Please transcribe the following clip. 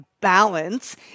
balance